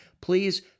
please